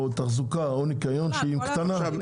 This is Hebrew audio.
תחזוקה או ניקיון שהיא קטנה.